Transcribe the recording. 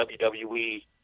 WWE